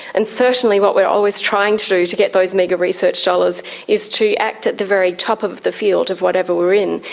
and certainly what we are always trying to do to get those meagre research dollars is to act at the very top of the field of whatever we are in,